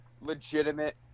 legitimate